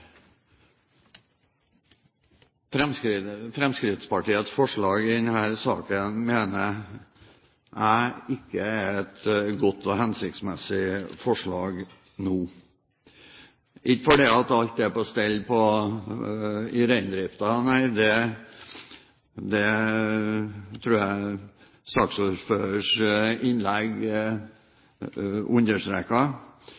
til. Fremskrittspartiets forslag i denne saken er ikke et godt og hensiktsmessig forslag nå – ikke fordi alt er på stell i reindriften, det tror jeg saksordførerens innlegg